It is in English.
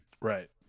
Right